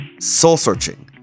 soul-searching